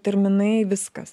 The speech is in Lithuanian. terminai viskas